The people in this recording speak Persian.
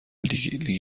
لیگ